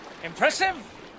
Impressive